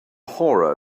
horror